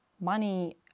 money